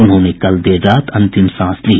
उन्होंने कल देर रात आखिरी सांस ली